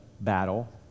battle